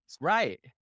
Right